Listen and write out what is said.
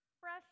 fresh